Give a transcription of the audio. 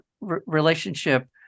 relationship